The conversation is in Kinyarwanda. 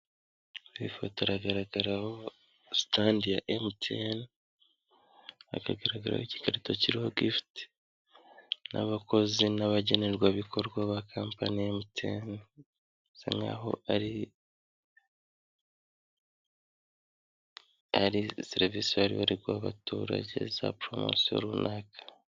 Kuri iyi foto haragaragaraho sitandi ya MTN, hakagaragaraho igikarito kiriho gifuti, n'abakozi n'abagenerwa bikorwa ba kampani ya MTN, bisa nk'aho ari serivisi bari bari guha abaturage za poromosiyo runaka.